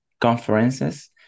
conferences